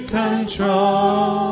control